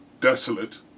Desolate